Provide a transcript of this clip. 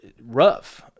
rough